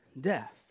death